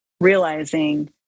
realizing